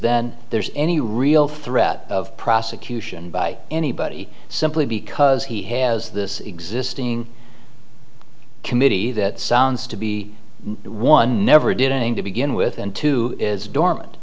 then there is any real threat of prosecution by anybody simply because he has this existing committee that sounds to be one never did anything to begin with and two is dormant